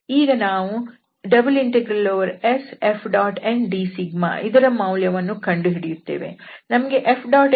ಈಗ ನಾವು ∬SFndσ ಇದರ ಮೌಲ್ಯವನ್ನು ಕಂಡು ಹಿಡಿಯುತ್ತೇವೆ